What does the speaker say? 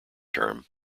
term